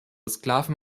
sklaven